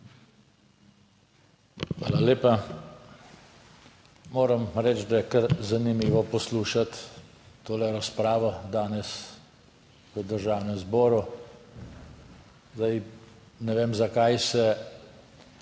Hvala lepa. Moram reči, da je kar zanimivo poslušati to razpravo danes v Državnem zboru. Zdaj ne vem, zakaj se